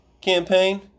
campaign